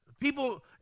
People